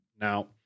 Now